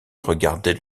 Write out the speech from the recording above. regarder